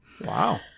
Wow